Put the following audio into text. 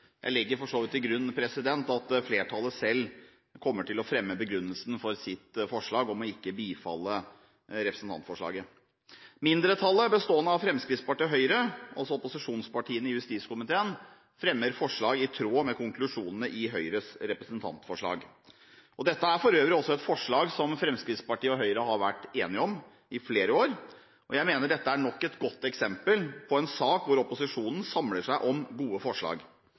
Jeg legger for så vidt til grunn at flertallet selv kommer til å fremme begrunnelsen for sitt forslag om ikke å bifalle representantforslaget. Mindretallet, bestående av Fremskrittspartiet og Høyre – altså opposisjonspartiene i justiskomiteen – fremmer forslag i tråd med konklusjonen i Høyres representantforslag. Dette er for øvrig også et forslag som Fremskrittspartiet og Høyre har vært enige om i flere år, og jeg mener dette er nok et godt eksempel på en sak hvor opposisjonen samler seg om gode forslag.